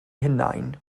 hunain